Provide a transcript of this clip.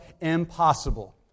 impossible